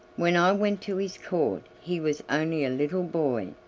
when i went to his court he was only a little boy,